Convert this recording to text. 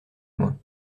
moins